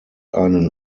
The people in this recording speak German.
einen